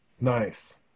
nice